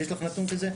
יש לך נתון כזה?